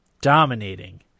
Dominating